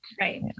right